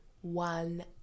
one